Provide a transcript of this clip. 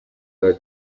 major